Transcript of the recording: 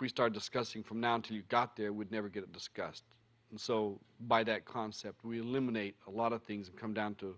we start discussing from now until you got there would never get discussed and so by that concept we eliminate a lot of things come down to